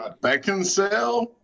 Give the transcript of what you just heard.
Beckinsale